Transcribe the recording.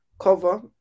Cover